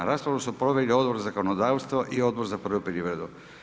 Raspravu su proveli Odbor za zakonodavstvo i Odbor za poljoprivredu.